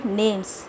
names